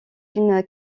une